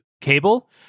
cable